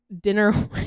dinner